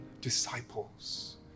disciples